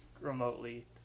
remotely